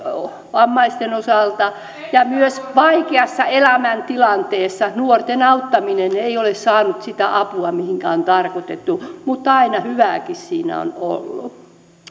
vammaisten osalta eikä myöskään vaikeassa elämäntilanteessa nuorten auttaminen ei ole saanut sitä apua mihinkä se on tarkoitettu mutta aina hyvääkin siinä on ollut